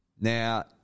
Now